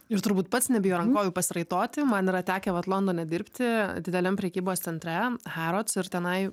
ir turbūt pats nebijo rankovių pasiraitoti man yra tekę vat londone dirbti dideliam prekybos centre harrods ir tenai